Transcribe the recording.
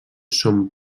són